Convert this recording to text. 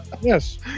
yes